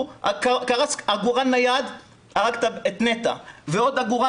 קרס עגורן נייד שהרג את נטע ועוד עגורן